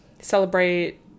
Celebrate